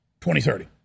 2030